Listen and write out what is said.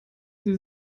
sie